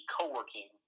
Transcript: co-working